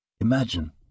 Imagine